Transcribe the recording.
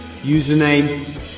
Username